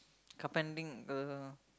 carpenting uh